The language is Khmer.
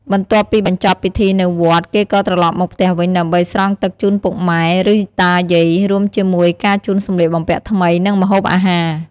បន្ទាប់ពីបញ្ចប់ពិធីនៅវត្ត គេក៏ត្រឡប់មកផ្ទះវិញ ដើម្បី ស្រង់ទឹកជូនពុកម៉ែ ឬ តាយាយ រួមជាមួយការជូនសំលៀកបំពាក់ថ្មី និងម្ហូបអាហារ។